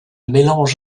mélange